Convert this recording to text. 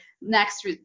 next